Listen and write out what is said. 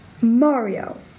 Mario